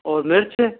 और मिर्च